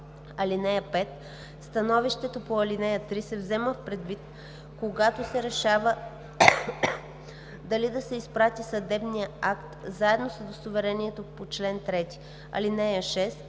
право. (5) Становището по ал. 3 се взема предвид, когато се решава дали да се изпрати съдебният акт заедно с удостоверението по чл. 3. (6)